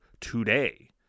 today